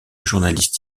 journaliste